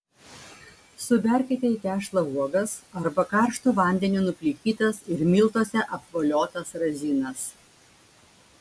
suberkite į tešlą uogas arba karštu vandeniu nuplikytas ir miltuose apvoliotas razinas